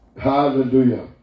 Hallelujah